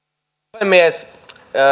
puhemies